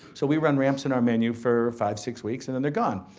so, we run ramps in our menu for five, six weeks and then they're gone.